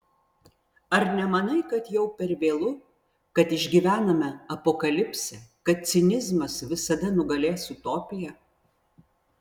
ar nemanai kad jau per vėlu kad išgyvename apokalipsę kad cinizmas visada nugalės utopiją